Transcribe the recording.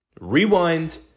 rewind